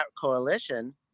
coalition